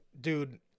Dude